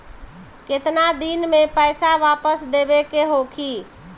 केतना दिन में पैसा वापस देवे के होखी?